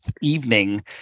evening